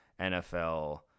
NFL